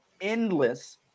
endless